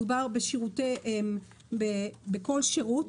מדובר בכל שירות,